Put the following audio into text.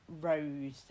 Rose